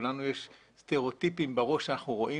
לכולנו יש סטריאוטיפים בראש כשאנחנו רואים